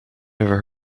never